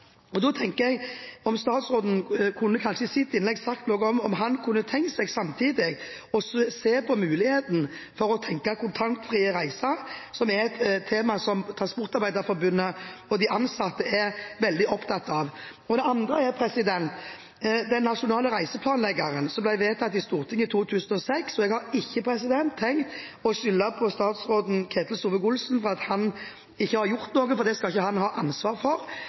billettene. Da lurer jeg på om statsråden kanskje i sitt innlegg kan si noe om han kunne tenkt seg samtidig å se på muligheten for å tenke kontantfrie reiser, som er et tema som Transportarbeiderforbundet og de ansatte er veldig opptatt av. Den nasjonale reiseplanleggeren ble vedtatt i Stortinget i 2006. Jeg har ikke tenkt å klandre statsråd Ketil Solvik-Olsen for at han ikke har gjort noe, for det skal ikke han ha ansvaret for,